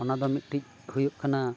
ᱚᱱᱟ ᱫᱚ ᱢᱤᱫᱴᱤᱡ ᱦᱩᱭᱩᱜ ᱠᱟᱱᱟ